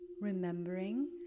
remembering